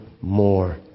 more